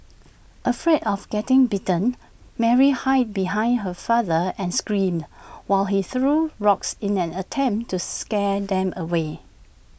afraid of getting bitten Mary hid behind her father and screamed while he threw rocks in an attempt to scare them away